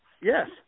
Yes